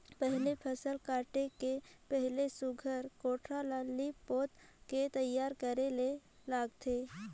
पहिले फसिल काटे के पहिले सुग्घर कोठार ल लीप पोत के तइयार करे ले लागथे